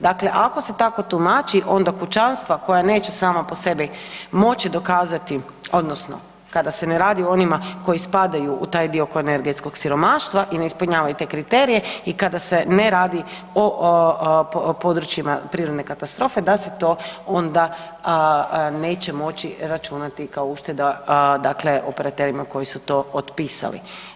Dakle, ako se tako tumači onda kućanstva koja neće sama po sebi moći dokazati odnosno kada se ne radi o onima koji spadaju u taj dio oko energetskog siromaštva i ne ispunjavaju te kriterije i kada se ne radi o područjima prirodne katastrofe da se to ona neće moći računati kao ušteda dakle operaterima koji su to opisali.